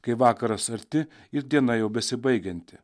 kai vakaras arti ir diena jau besibaigianti